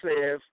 says